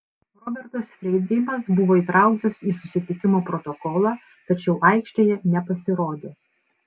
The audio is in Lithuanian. robertas freidgeimas buvo įtrauktas į susitikimo protokolą tačiau aikštėje nepasirodė